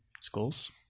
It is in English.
Schools